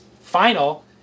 final